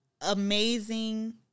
amazing